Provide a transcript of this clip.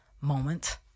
moment